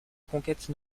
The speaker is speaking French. conquête